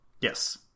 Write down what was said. Yes